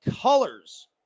colors